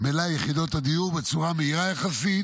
מלאי יחידות הדיור בצורה מהירה יחסית.